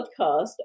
podcast